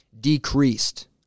decreased